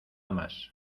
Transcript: más